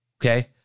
Okay